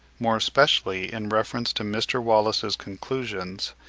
more especially in reference to mr. wallace's conclusions,